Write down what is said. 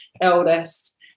eldest